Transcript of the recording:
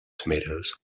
tomatoes